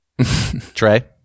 Trey